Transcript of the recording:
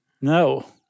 No